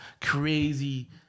crazy